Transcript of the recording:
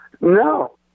No